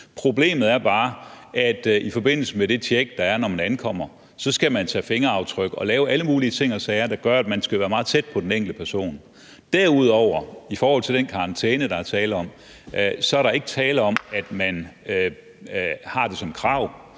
Problemet er bare, at man i forbindelse med det tjek, der er, når asylansøgeren ankommer, skal tage fingeraftryk og lave alle mulige ting og sager, der gør, at man skal være meget tæt på den enkelte person. Derudover er der i forhold til den karantæne, der er tale om, ikke tale om, at man har det som krav;